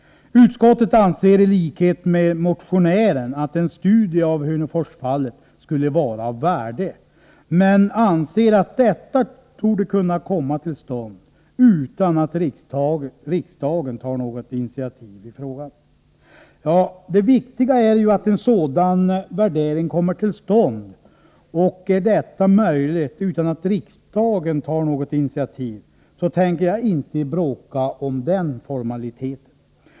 Utskottet anser i likhet med motionären att en studie av Hörneforsfallet skulle vara av värde, men anser att denna studie torde kunna komma till stånd utan att riksdagen tar något initiativ i frågan. Det viktiga är ju att en sådan värdering kommer till stånd. Är detta möjligt utan att riksdagen tar initiativ, tänker inte jag bråka om formaliteter.